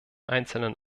einzelnen